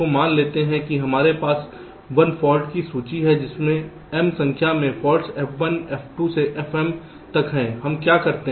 तोमान लेते हैं कि हमारे पास 1 फाल्ट की सूची है जिसमें m संख्या में फॉल्ट्स F1 F2 से Fm तक हैं हम क्या करते हैं